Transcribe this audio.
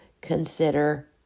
consider